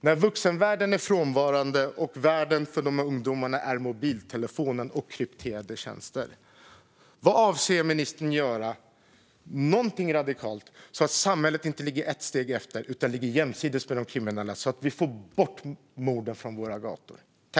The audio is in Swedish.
När nu vuxenvärlden är frånvarande och världen för de ungdomarna är mobiltelefonen och krypterade tjänster, avser ministern att göra något radikalt så att samhället inte ligger ett steg efter utan jämsides med de kriminella, så att vi får bort morden från gatorna?